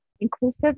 inclusive